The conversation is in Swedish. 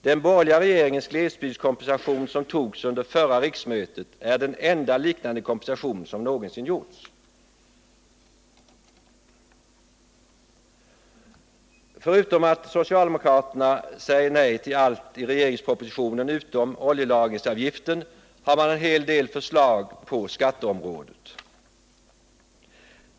Den borgerliga regeringens glesbygdskompensation, som beslöts under förra riksmötet, är den enda liknande kompensation som någonsin har givits. Förutom att socialdemokraterna säger nej till allt i regeringspropositionen utom oljelagringsavgiften har de en hel del förslag på skatteområdet.